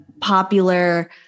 popular